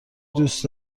دوست